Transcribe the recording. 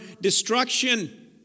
destruction